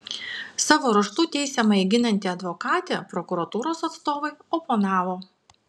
savo ruožtu teisiamąjį ginanti advokatė prokuratūros atstovui oponavo